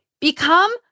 become